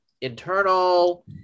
internal